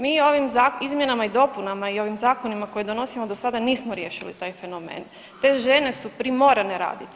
Mi ovim izmjenama i dopunama i ovim zakonima koje donosimo do sada nismo riješili taj fenomen, te žene su primorane raditi.